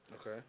Okay